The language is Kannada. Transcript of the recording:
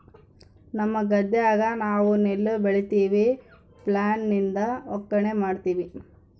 ನಮ್ಮ ಗದ್ದೆಗ ನಾವು ನೆಲ್ಲು ಬೆಳಿತಿವಿ, ಫ್ಲ್ಯಾಯ್ಲ್ ಲಿಂದ ಒಕ್ಕಣೆ ಮಾಡ್ತಿವಿ